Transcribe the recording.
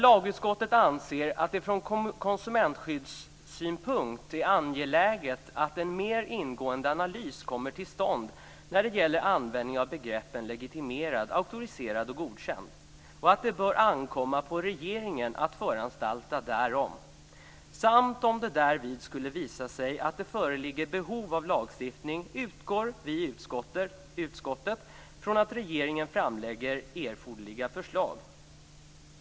Lagutskottet anser att det från konsumentskyddssynpunkt är angeläget att en mer ingående analys kommer till stånd när det gäller användningen av begreppen legitimerad, auktoriserad och godkänd. Det bör ankomma på regeringen att föranstalta därom. Om det därvid skulle visa sig att det föreligger behov av lagstiftning utgår vi i utskottet från att regeringen framlägger erforderliga förslag.